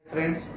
Friends